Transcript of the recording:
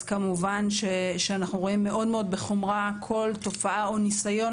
אז כמובן שאנחנו רואים מאוד בחומרה כל תופעה או ניסיון